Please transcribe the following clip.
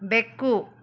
ಬೆಕ್ಕು